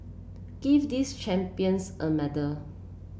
give these champions a medal